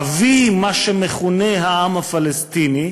אבי מה שמכונה "העם הפלסטיני",